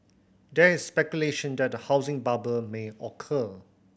there is speculation that a housing bubble may occur